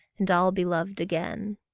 and all be loved again.